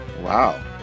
Wow